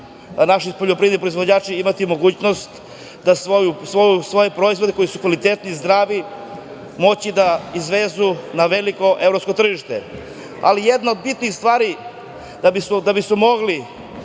naši poljoprivredni proizvođači imati mogućnost da svoje proizvode koji su kvalitetni, zdravi, moći da izvezu na veliko evropsko tržište. Ali, jedna od bitnih stvari da bi mogao